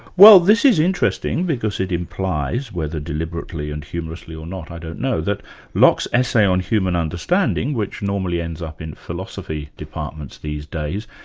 well this is interesting, because it implies, whether deliberately and humorously or not, i don't know, that locke's essay on human understanding, which normally ends up in philosophy departments these days,